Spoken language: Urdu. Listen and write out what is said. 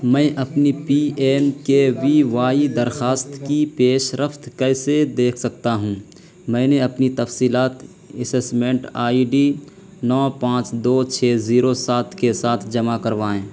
میں اپنی P A M K V Y درخواست کی پیشرفت کیسے دیکھ سکتا ہوں میں نے اپنی تفصیلات اسسمنٹ آئی ڈی نو پانچ دو چھ زیرو سات کے ساتھ جمع کروائیں